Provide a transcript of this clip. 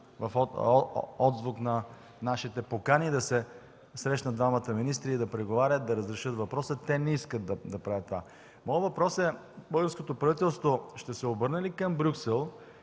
в отзвук на нашите покани да се срещнат двамата министри, да преговарят, да разрешат въпроса. Те не искат да правят това. Моят въпрос е: българското правителство ще се обърне ли към Брюксел